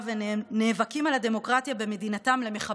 ונאבקים על הדמוקרטיה במדינתם למחבלים,